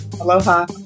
aloha